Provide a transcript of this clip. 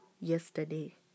yesterday